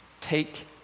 Take